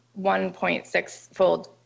1.6-fold